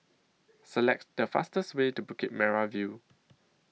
Select The fastest Way to Bukit Merah View